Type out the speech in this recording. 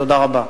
תודה רבה.